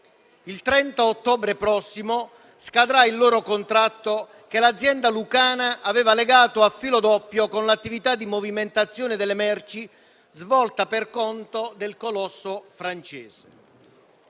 Il 30 ottobre prossimo scadrà il loro contratto, che l'azienda lucana aveva legato a filo doppio con l'attività di movimentazione delle merci svolta per conto del colosso francese.